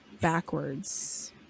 backwards